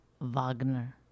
Wagner